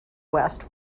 west